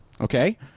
Okay